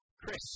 Chris